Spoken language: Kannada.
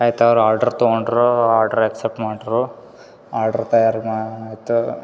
ಆಯ್ತು ಅವ್ರು ಆಡ್ರ್ ತಗೋಂಡ್ರು ಆಡ್ರ್ ಎಕ್ಸೆಪ್ಟ್ ಮಾಡಿದ್ರು ಆಡ್ರ್ ತಯಾರಿನ ಇತ್ತು